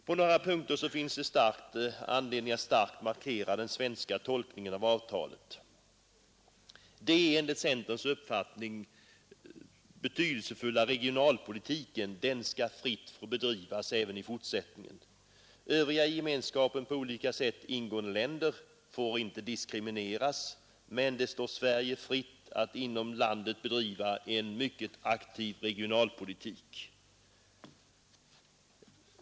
På några punkter finns anledning att starkt markera den svenska tolkningen av avtalet. Den enligt centerns uppfattning betydelsefulla regionalpolitiken skall fritt få bedrivas även i fortsättningen. Övriga i gemenskapen på olika sätt ingående länder får inte diskrimineras, men det står Sverige fritt att inom landet bedriva en mycket aktiv regionalpolitik.